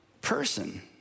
person